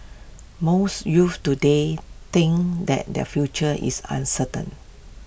most youths today think that their future is uncertain